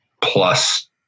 plus